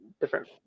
different